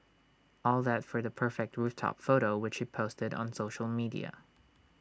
all that for the perfect rooftop photo which she posted on social media